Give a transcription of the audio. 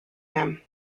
him